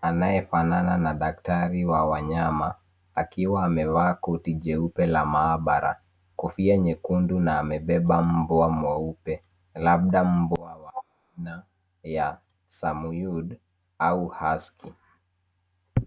anayefanana na daktari wa wanyama akiwa amevaa koti jeupe la maabara kofia nyekundu na amebeba mbwa mweupe labda mbwa wa aina ya samyud au husky